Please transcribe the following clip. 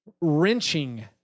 wrenching